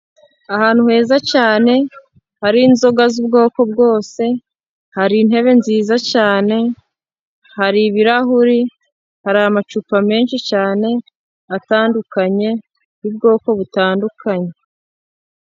Ahantu heza cyane hari inzoga z'ubwoko bwose, hari intebe nziza cyane, hari ibirahuri, hari amacupa menshi cyane atandukanye y'ubwoko butandukanye.